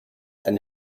eine